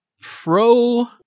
pro